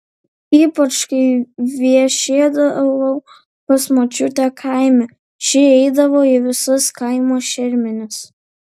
ypač kai viešėdavau pas močiutę kaime ši eidavo į visas kaimo šermenis